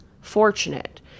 fortunate